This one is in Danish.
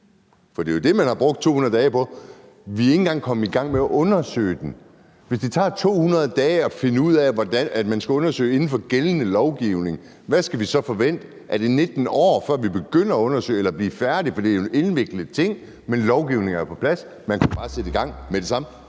For det er jo det, man har brugt 200 dage på. Vi er ikke engang kommet i gang med undersøge dem. Hvis det tager 200 dage at finde ud af, at man skal undersøge inden for den gældende lovgivning, hvad skal vi så forvente? Skal det tage 19 år, før vi begynder at undersøge det eller kan blive færdige med det? For det er jo en indviklet ting. Men lovgivningen er på plads, så man kunne bare sætte i gang med det samme,